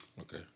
Okay